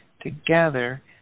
together